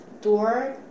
door